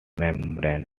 membrane